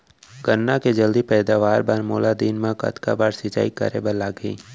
गन्ना के जलदी पैदावार बर, मोला दिन मा कतका बार सिंचाई करे बर लागही?